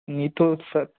नहीं तो सर